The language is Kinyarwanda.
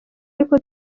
ariko